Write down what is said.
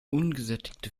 ungesättigte